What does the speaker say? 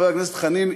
חבר הכנסת חנין,